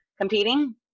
competing